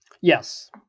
Yes